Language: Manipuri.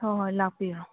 ꯍꯣꯏ ꯍꯣꯏ ꯂꯥꯛꯄꯤꯔꯣ